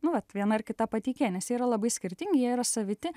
nu vat viena ar kita pateikėja nes jie yra labai skirtingi jie yra saviti